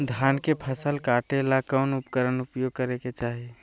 धान के फसल काटे ला कौन उपकरण उपयोग करे के चाही?